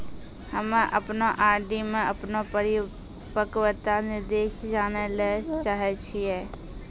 हम्मे अपनो आर.डी मे अपनो परिपक्वता निर्देश जानै ले चाहै छियै